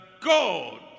God